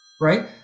Right